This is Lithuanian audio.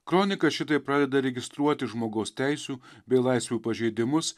kronika šitaip pradeda registruoti žmogaus teisių bei laisvių pažeidimus